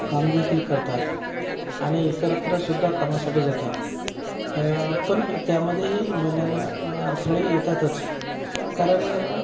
कामदेखील करतात आणि इतरत्रसुद्धा कामासाठी जातात पण त्यामध्येही महिलांना अडथळे येतातच कारण